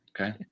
okay